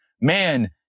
Man